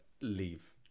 leave